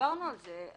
דיברנו על זה.